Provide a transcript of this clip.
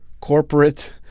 Corporate